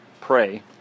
Pray